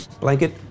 Blanket